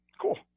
Cool